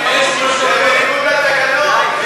אתה לא יכול לעלות.